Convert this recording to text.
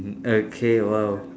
okay !wow!